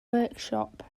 workshop